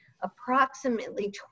approximately